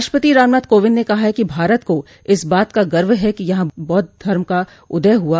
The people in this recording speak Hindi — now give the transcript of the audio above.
राष्ट्रपति रामनाथ कोविंद ने कहा है कि भारत को इस बात का गर्व है कि यहा बौद्ध धर्म का उदय हुआ